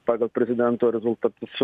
pagal prezidento rezultatus